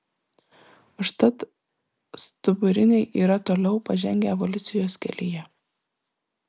užtat stuburiniai yra toliau pažengę evoliucijos kelyje